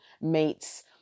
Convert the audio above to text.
meets